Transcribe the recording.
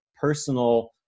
personal